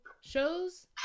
shows